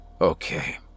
Okay